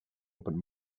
open